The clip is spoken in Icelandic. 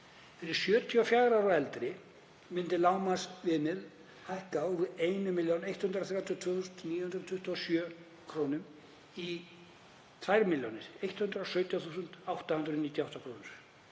Fyrir 74 ára og eldri myndi lágmarksviðmið hækka úr 1.132.927 kr. í 2.117.898 kr.